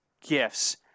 gifts